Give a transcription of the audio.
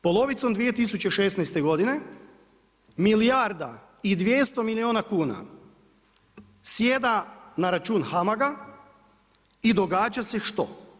Polovicom 2016. godine milijarda i 200 milijuna kuna sjeda na račun HAMAG-a i događa se što?